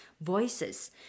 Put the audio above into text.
voices